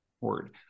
Word